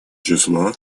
числа